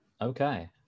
okay